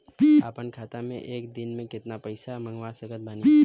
अपना खाता मे एक दिन मे केतना पईसा मँगवा सकत बानी?